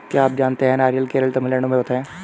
क्या आप जानते है नारियल केरल, तमिलनाडू में होता है?